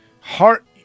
Heart